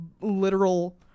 literal